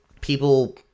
people